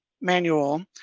manual